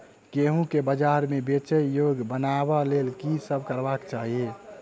गेंहूँ केँ बजार मे बेचै योग्य बनाबय लेल की सब करबाक चाहि?